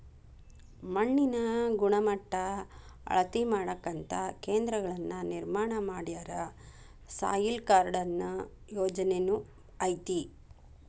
ಮಣ್ಣಿನ ಗಣಮಟ್ಟಾ ಅಳತಿ ಮಾಡಾಕಂತ ಕೇಂದ್ರಗಳನ್ನ ನಿರ್ಮಾಣ ಮಾಡ್ಯಾರ, ಸಾಯಿಲ್ ಕಾರ್ಡ ಅನ್ನು ಯೊಜನೆನು ಐತಿ